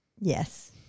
Yes